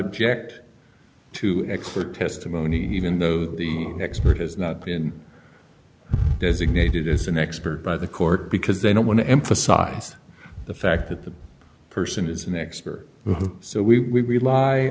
object to clear testimony even though the expert has not been designated as an expert by the court because they don't want to emphasize the fact that the person is an expert who so we